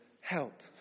Help